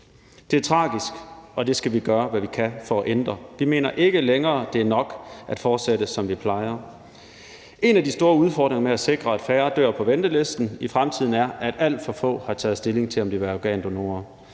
Det er tragisk, og det skal vi gøre, hvad vi kan, for at ændre. Vi mener ikke længere, det er nok at fortsætte, som vi plejer. En af de store udfordringer med at sikre, at færre dør på venteliste i fremtiden, er, at alt for få har taget stilling til, om de vil være organdonor.